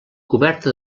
coberta